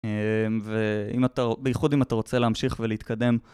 ובייחוד אם אתה רוצה להמשיך ולהתקדם.